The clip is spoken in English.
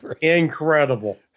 incredible